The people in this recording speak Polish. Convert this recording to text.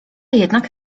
jednak